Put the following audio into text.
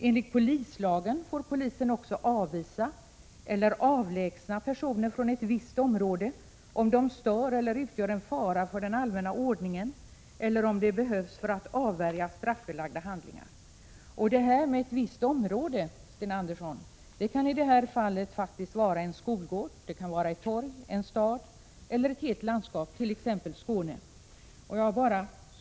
Enligt polislagen får polisen också avvisa eller avlägsna personer från ett visst område, om de stör eller utgör en fara för den allmänna ordningen eller om det behövs för att avvärja straffbelagda handlingar.” Och detta med ”ett visst område”, Sten Andersson, kan i det här fallet faktiskt vara en skolgård, ett torg, en stad eller ett helt landskap — t.ex. Skåne.